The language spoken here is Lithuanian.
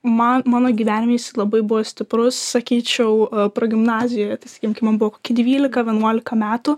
man mano gyvenime jisai labai buvo stiprus sakyčiau progimnazijoje tai sakym kai man buvo koki dvylika vienuolika metų